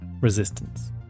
resistance